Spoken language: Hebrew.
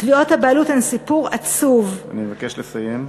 תביעות הבעלות הן סיפור עצוב, אני מבקש לסיים.